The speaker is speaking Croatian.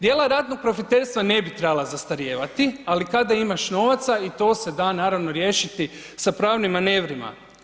Djela ratnog profiterstva ne bi trebala zastarijevati ali kada imaš novaca i to se da naravno riješiti sa pravnim manevrima.